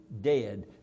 dead